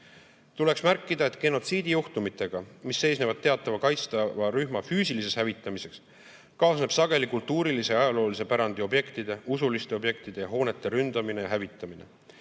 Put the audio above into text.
Tuleks märkida, et genotsiidijuhtumitega, mis seisnevad teatava kaitstava rühma füüsilises hävitamises, kaasneb sageli kultuurilise ja ajaloolise pärandi objektide, usuliste objektide ja hoonete ründamine ning hävitamine.